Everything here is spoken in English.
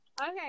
Okay